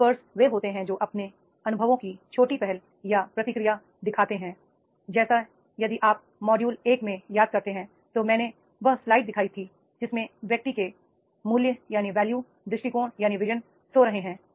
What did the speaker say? slippers वे होते हैं जो अपने अनुभवों की छोटी पहल या प्रतिक्रिया दिखाते हैं जैसे कि यदि आप 1 मॉड्यूल में याद करते हैं तो मैंने वह स्लाइड दिखाई है जिसमें व्यक्ति के मूल्य दृष्टिकोण सो रहे हैं